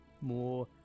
more